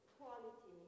quality